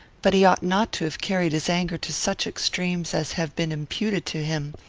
but he ought not to have carried his anger to such extremes as have been imputed to him.